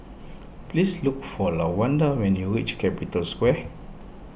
please look for Lawanda when you reach Capital Square